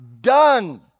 Done